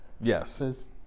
Yes